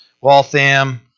Waltham